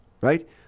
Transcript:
right